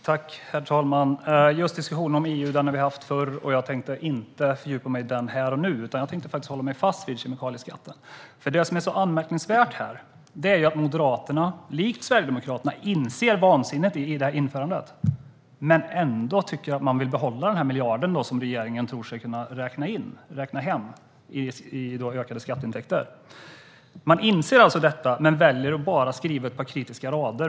Herr talman! Just diskussionen om EU har vi haft förr, och jag tänker inte fördjupa mig i den här och nu. Jag tänkte faktiskt hålla mig till kemikalieskatten. Det som är så anmärkningsvärt här är att Moderaterna, likt Sverigedemokraterna, inser vansinnet i införandet av kemikalieskatten. Men ändå vill de behålla den miljard som regeringen tror sig kunna räkna hem i fråga om ökade skatteintäkter. Moderaterna inser alltså detta, men de väljer att bara skriva ett par kritiska rader.